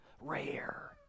rare